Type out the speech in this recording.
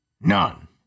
None